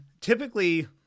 typically